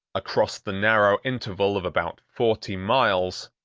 across the narrow interval of about forty miles,